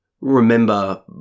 remember